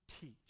Teach